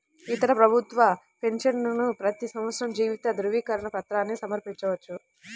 ఇతర ప్రభుత్వ పెన్షనర్లు ప్రతి సంవత్సరం జీవిత ధృవీకరణ పత్రాన్ని సమర్పించవచ్చు